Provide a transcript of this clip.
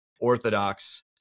Orthodox